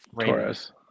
Torres